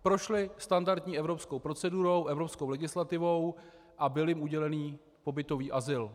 Prošly standardní evropskou procedurou, evropskou legislativou a byl jim udělen pobytový azyl.